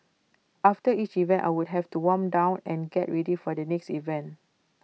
after each event I would have to warm down and get ready for the next event